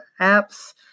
apps